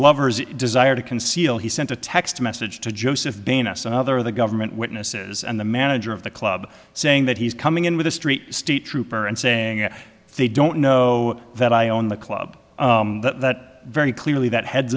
glover's desire to conceal he sent a text message to joseph ben s another of the government witnesses and the manager of the club saying that he's coming in with a street state trooper and saying that they don't know that i own the club that very clearly that heads